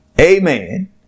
Amen